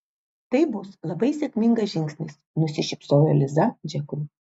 tai bus labai sėkmingas žingsnis nusišypsojo liza džekui